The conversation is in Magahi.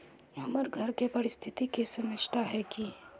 हमर घर के परिस्थिति के समझता है की?